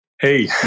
Hey